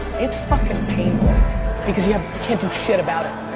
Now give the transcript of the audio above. it's fucking painful because you yeah can't do shit about it.